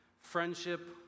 friendship